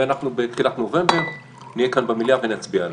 ואנחנו בתחילת נובמבר נהיה כאן במליאה ונצביע עליו.